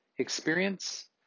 experience